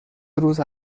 روز